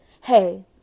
Hey